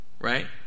right